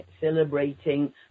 celebrating